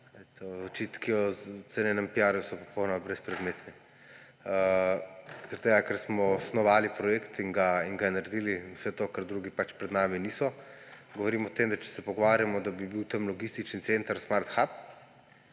Očitki o cenenem piaru so popolnoma brezpredmetni zaradi tega, ker smo osnovali projekt in naredili vse to, česar drugi pač pred nami niso. Govorim o tem, da če se pogovarjamo, da bi bil tam logistični center Smart Hab,